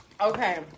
Okay